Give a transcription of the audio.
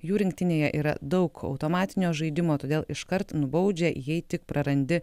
jų rinktinėje yra daug automatinio žaidimo todėl iškart nubaudžia jei tik prarandi